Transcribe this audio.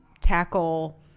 tackle